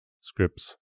scripts